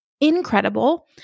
incredible